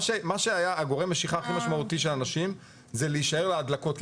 מה שהיה גורם המשיכה הכי משמעותי של אנשים זה להישאר להדלקות,